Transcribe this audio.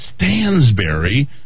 Stansberry